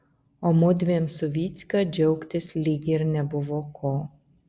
o mudviem su vycka džiaugtis lyg ir nebuvo ko